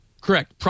Correct